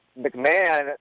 McMahon